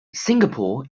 singapore